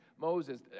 Moses